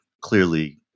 clearly